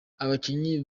abakinnyi